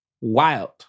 wild